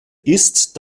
ist